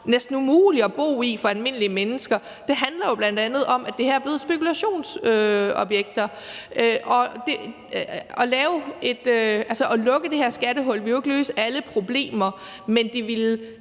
næsten umulige at bo i for almindelige mennesker, handler jo bl.a. om, at det her er blevet spekulationsobjekter. At lukke det her skattehul ville ikke løse alle problemer, men det ville